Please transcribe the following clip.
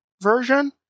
version